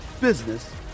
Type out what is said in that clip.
business